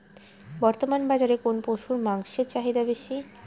বর্তমান বাজারে কোন পশুর মাংসের চাহিদা বেশি?